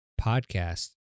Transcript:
podcast